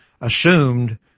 assumed